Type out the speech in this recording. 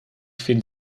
vind